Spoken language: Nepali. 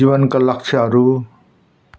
जीवनका लक्ष्यहरू